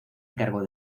encargó